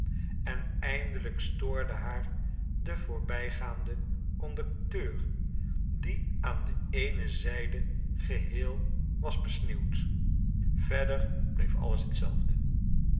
en eindelijk stoorde haar de voorbijgaande conducteur die aan de eene zijde geheel was besneeuwd verder bleef alles hetzelfde